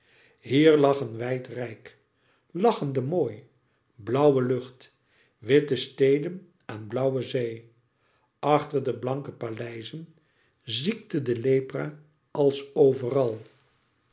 een wijd rijk lachende mooi blauwe lucht witte steden aan blauwe zee achter de blanke paleizen ziekte de lepra als overal